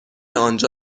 آنجا